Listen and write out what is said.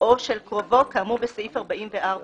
או של קרובו, כאמור בסעיף 44(א).